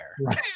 Right